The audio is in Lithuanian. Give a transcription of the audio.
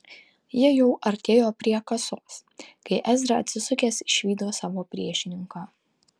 jie jau artėjo prie kasos kai ezra atsisukęs išvydo savo priešininką